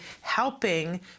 helping